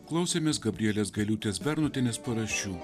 klausėmės gabrielės gailiūtės bernotienės paraščių